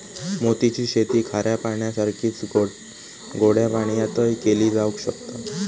मोती ची शेती खाऱ्या पाण्यासारखीच गोड्या पाण्यातय केली जावक शकता